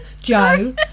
Joe